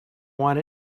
want